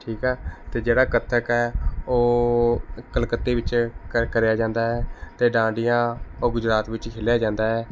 ਠੀਕ ਹੈ ਅਤੇ ਜਿਹੜਾ ਕੱਥਕ ਹੈ ਉਹ ਕਲਕੱਤੇ ਵਿਚ ਹੈ ਕਰ ਕਰਿਆ ਜਾਂਦਾ ਹੈ ਅਤੇ ਡਾਂਡੀਆਂ ਉਹ ਗੁਜਰਾਤ ਵਿੱਚ ਖੇਲਿਆ ਜਾਂਦਾ ਹੈ